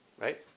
Right